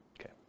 Okay